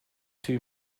two